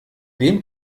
dem